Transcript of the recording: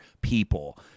people